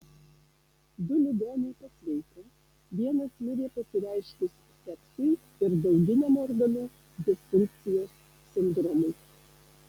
du ligoniai pasveiko vienas mirė pasireiškus sepsiui ir dauginiam organų disfunkcijos sindromui